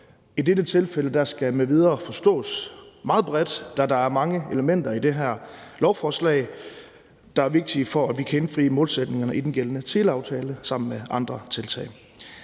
I dette tilfælde skal »m.v.« forstås meget bredt, da der er mange elementer i det her lovforslag, der er vigtige for, at vi kan indfri målsætningerne i den gældende teleaftale sammen med andre tiltag.